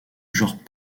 genre